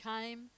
came